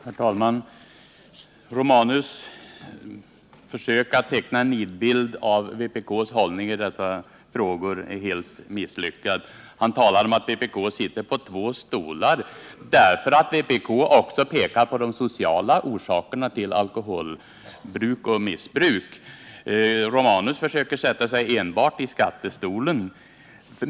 Herr talman! Gabriel Romanus försök att teckna en nidbild av vpk:s hållning i denna fråga är helt misslyckat. Han talar om att vpk sitter på två stolar därför att vpk också pekar på de sociala orsakerna till alkoholbruk och missbruk. Gabriel Romanus sätter sig enbart i skattestolen.